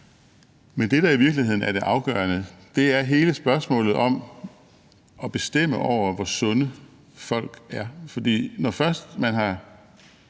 Men det, der i virkeligheden er det afgørende, er hele spørgsmålet om at bestemme, hvor sunde folk er. For når først man har